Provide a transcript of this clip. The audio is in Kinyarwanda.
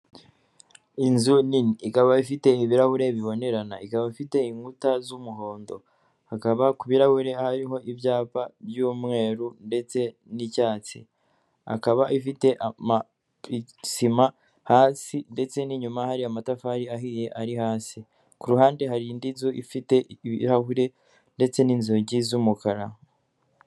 Inzu nini ikaba ifite ibirahure bibonerana ikaba ifite inkuta z'umuhondo hakaba ku ibirahuri hariho ibyapa by'umweru ndetse n'icyatsi akaba ifite amatsima hasi ndetse n'inyuma hari amatafari ahiye ari hasi ku ruhande hari indi nzu ifite ibirahure ndetse n'inzugi z'umukara.